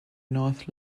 north